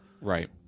Right